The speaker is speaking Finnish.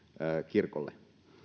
kirkolle